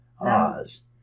Oz